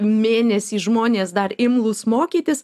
mėnesį žmonės dar imlūs mokytis